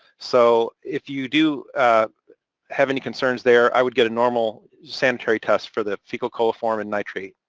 so if you do have any concerns there, i would get a normal sanitary test for the fecal coliform and nitrate.